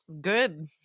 Good